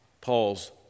Paul's